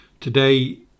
Today